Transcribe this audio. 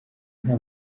nta